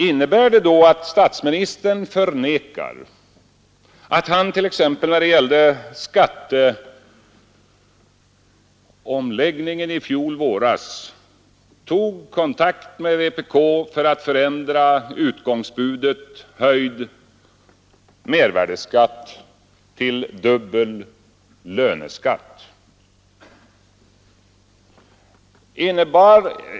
Förnekar statsministern i så fall att han t.ex. när det gällde skatteomläggningen i fjol våras tog kontakt med vpk för att förändra utgångsbudet höjd mervärdeskatt till dubbel löneskatt?